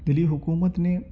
دلی حکومت نے